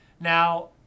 Now